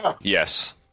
yes